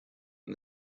and